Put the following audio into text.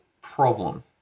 problem